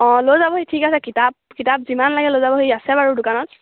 অঁ লৈ যাবহি ঠিক আছে কিতাপ কিতাপ যিমান লাগে লৈ যাবহি আছে বাৰু দোকানত